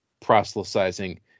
proselytizing